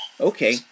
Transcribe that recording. Okay